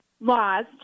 laws